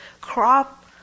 crop